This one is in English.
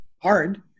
hard